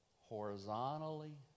Horizontally